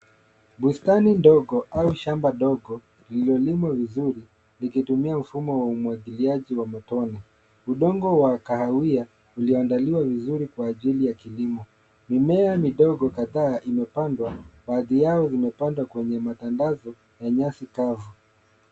Bustani ndogo au shamba ndogo lililolimwa vizuri likitumia mfumo wa umwagiliaji wa matone. Udongo wa kahawia ulioandaliwa vizuri kwa ajili ya kilimo. Mimea midogo kadhaa imepandwa. Baadhi yao imepandwa kwenye matandazo ya nyasi kavu.